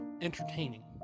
entertaining